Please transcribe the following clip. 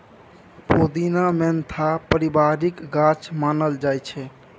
पोदीना mentha परिबारक गाछ मानल जाइ छै